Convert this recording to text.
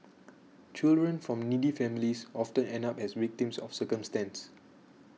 children from needy families often end up as victims of circumstance